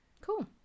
Cool